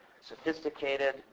sophisticated